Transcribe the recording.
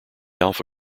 alpha